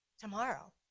tomorrow